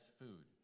food